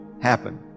happen